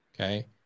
okay